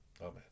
amen